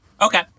Okay